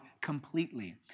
completely